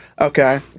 okay